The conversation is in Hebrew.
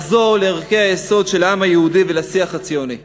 לחזור לערכי היסוד של העם היהודי ולשיח הציוני.